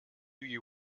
you